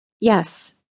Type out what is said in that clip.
Yes